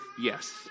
yes